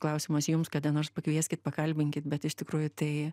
klausimas jums kada nors pakvieskit pakalbinkit bet iš tikrųjų tai